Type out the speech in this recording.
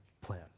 plan